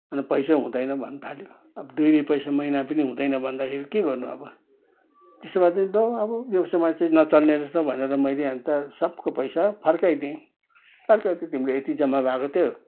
अन्त पैसै हुँदैन भन्न थाल्यो अब दुई रुपियाँ पैसा महिनामा पनि हुँदैन भन्दाखेरि के गर्नु अब त्यसो भएदेखि लौ अब यो समाज चाहिँ नचल्ने रहेछ भनेर मैले अन्त सबको पैसा फर्काइदिएँ फर्काइदिएँ तिम्रो यति जमा भएको थियो